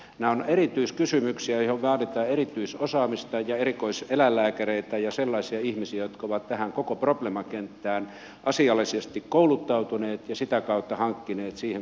nämä ovat erityiskysymyksiä joihin vaaditaan erityisosaamista ja erikoiseläinlääkäreitä ja sellaisia ihmisiä jotka ovat tähän koko probleemakenttään asiallisesti kouluttautuneet ja sitä kautta hankkineet siihen kuuluvan tietotaidon